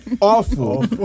awful